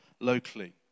locally